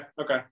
okay